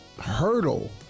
hurdle